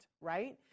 right